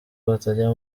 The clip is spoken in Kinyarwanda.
batajya